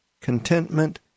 contentment